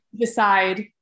decide